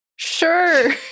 Sure